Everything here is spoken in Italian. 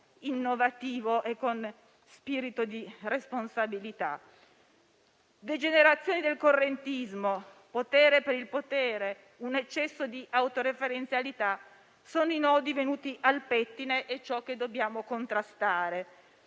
innovativo e con spirito di responsabilità. Degenerazioni del correntismo, potere per il potere, un eccesso di autoreferenzialità sono i nodi venuti al pettine e che dobbiamo contrastare